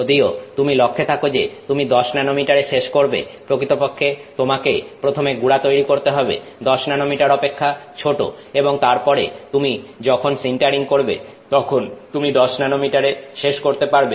যদিও তুমি লক্ষ্যে থাকো যে তুমি 10 ন্যানোমিটারে শেষ করবে প্রকৃতপক্ষে তোমাকে প্রথমে গুড়া তৈরি করতে হবে 10 ন্যানোমিটার অপেক্ষা ছোট এবং তারপর তুমি যখন সিন্টারিং করবে তখন তুমি 10 ন্যানোমিটারে শেষ করতে পারবে